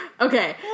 Okay